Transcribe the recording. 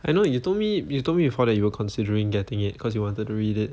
I know you told me you told me before that you were considering getting it cause you wanted to read it